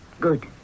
Good